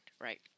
right